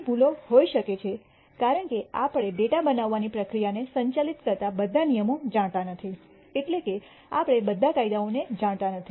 તે ભૂલો હોઈ શકે છે કારણ કે આપણે ડેટા બનાવવાની પ્રક્રિયાને સંચાલિત કરતા બધા નિયમો જાણતા નથી એટલે કે આપણે બધા કાયદાઓને જાણતા નથી